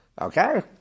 Okay